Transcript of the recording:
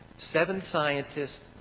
seven scientists,